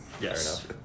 Yes